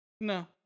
No